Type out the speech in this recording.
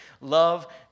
Love